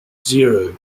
zero